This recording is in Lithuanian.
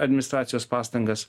administracijos pastangas